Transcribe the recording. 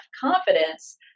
confidence